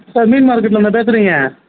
sir மீன் மார்க்கெட்லிருந்தா பேசுகிறீங்க